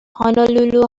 honolulu